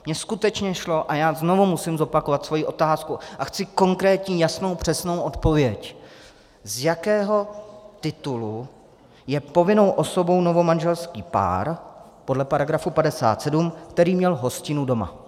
Mně skutečně šlo, a znovu musím zopakovat svoji otázku a chci konkrétní, jasnou, přesnou odpověď z jakého titulu je povinnou osobou novomanželský pár podle § 57, který měl hostinu doma?